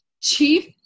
chief